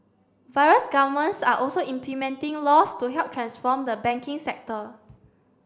various governments are also implementing laws to help transform the banking sector